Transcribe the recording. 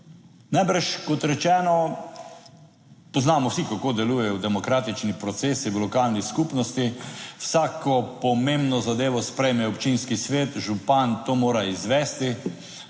Najbrž, kot rečeno, poznamo vsi, kako delujejo demokratični procesi v lokalni skupnosti. Vsako pomembno zadevo sprejme občinski svet, župan to mora izvesti